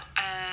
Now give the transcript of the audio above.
err